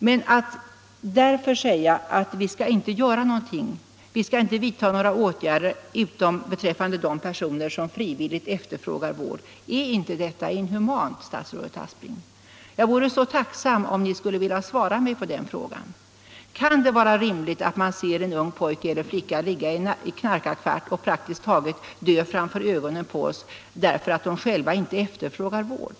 Men att därför säga att vi skall inte göra någontung, vi skall inte vidta några åtgärder utom beträffande personer som frivilligt efterfrågar vård, är inte det inhumant, statsrådet Aspling? Jag vore så tacksam om ni skulle vilja svara mig på den frågan: Kan det vara rimligt att låta en ung pojke eller flicka ligga i en knarkarkvart och praktiskt taget dö framför ögonen på oss därför att de själva inte efterfrågar vård?